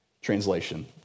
Translation